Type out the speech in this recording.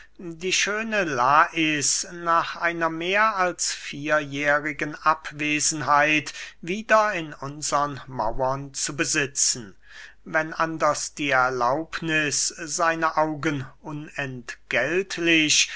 die schöne lais nach einer mehr als vierjährigen abwesenheit wieder in unsern mauern zu besitzen wenn anders die erlaubniß seine augen unentgeltlich